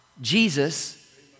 Jesus